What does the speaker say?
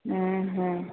ଉଁ ହୁଁ